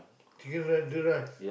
together the rice